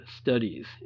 studies